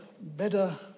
better